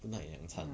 耐两餐